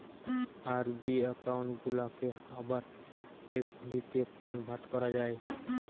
RD account গুলাকে আবার এফ.ডিতে কনভার্ট করা যায়